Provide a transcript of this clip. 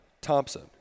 Thompson